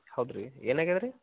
okay ಏನಾಗಿದೆ ರೀ